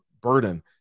burden